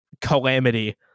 Calamity